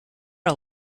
are